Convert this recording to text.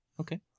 Okay